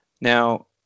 Now